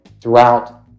throughout